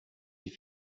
die